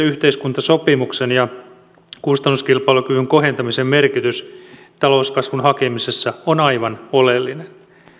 yhteiskuntasopimuksen ja kustannuskilpailukyvyn kohentamisen merkitys talouskasvun hakemisessa on aivan oleellinen